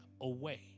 away